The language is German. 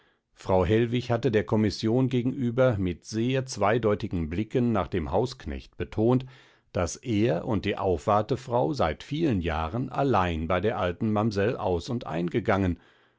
frau hellwig hatte der kommission gegenüber mit sehr zweideutigen blicken nach dem hausknecht betont daß er und die aufwartefrau seit vielen jahren allein bei der alten mamsell aus und